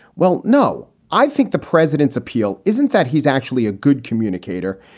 well, no. i think the president's appeal isn't that he's actually a good communicator.